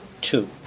two